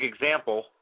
example